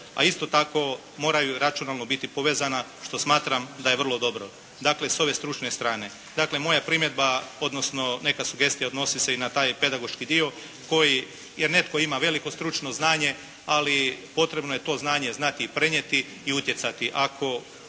A isto tako moraju računalno biti povezana što smatram da je vrlo dobro, s ove stručne strane. Moja primjedba odnosno neka sugestija odnosi se i na taj pedagoški dio koji je, jer netko ima veliko stručno znanje ali potrebno je to znanje znati i prenijeti i utjecati, ako